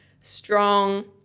strong